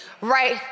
right